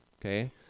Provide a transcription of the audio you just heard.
okay